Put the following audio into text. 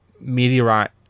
meteorite